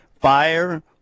Fire